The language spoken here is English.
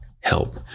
help